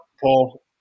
Paul